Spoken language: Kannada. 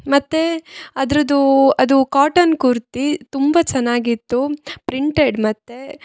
ಮತ್ತು ಅದ್ರದ್ದೂ ಅದು ಕಾಟನ್ ಕುರ್ತಿ ತುಂಬ ಚೆನ್ನಾಗಿತ್ತು ಪ್ರಿಂಟೆಡ್ ಮತ್ತು